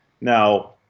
Now